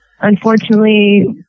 Unfortunately